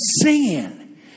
singing